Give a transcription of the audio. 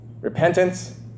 Repentance